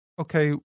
okay